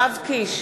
נגד איוב קרא,